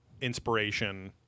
inspiration